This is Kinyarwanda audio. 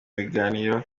biganiro